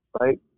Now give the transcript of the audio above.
right